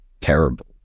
terrible